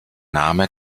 name